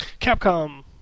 Capcom